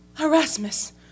Erasmus